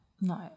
no